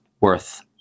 worth